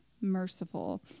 merciful